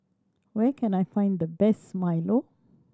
where can I find the best Milo